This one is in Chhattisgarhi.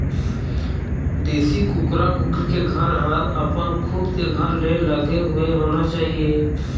देशी कुकरा कुकरी के घर ह अपन खुद के घर ले लगे हुए होना चाही